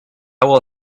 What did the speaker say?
will